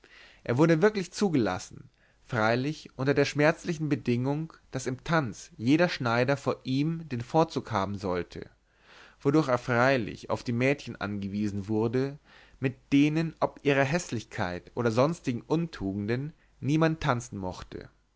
er wurde wirklich zugelassen freilich unter der schmerzlichen bedingung daß im tanz jeder schneider vor ihm den vorzug haben sollte wodurch er freilich auf die mädchen angewiesen wurde mit denen ob ihrer häßlichkeit oder sonstigen untugenden niemand tanzen mochte